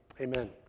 amen